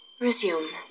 Resume